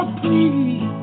please